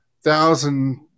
Thousand